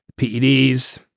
PEDs